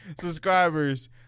subscribers